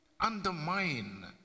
undermine